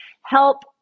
help